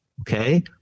Okay